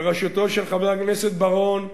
בראשותו של חבר הכנסת בר-און,